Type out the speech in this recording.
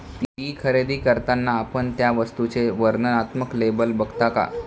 ती खरेदी करताना आपण त्या वस्तूचे वर्णनात्मक लेबल बघता का?